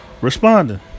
responding